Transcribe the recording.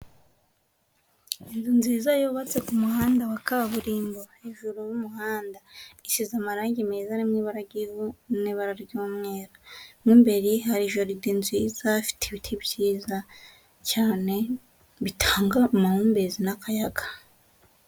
Inzu nziza yubatse ku muhanda wa kaburimbo hejuru y'umuhanda, isize amarange meza ari mu ibara ry'ivu n'ibara ry'umweru, mo imbere hari jaride nziza ifite ibiti byiza cyane bitanga amahumbezi n'akayaga.